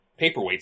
paperweights